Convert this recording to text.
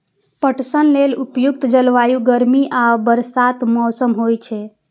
पटसन लेल उपयुक्त जलवायु गर्मी आ बरसातक मौसम होइ छै